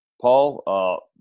Paul